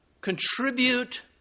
contribute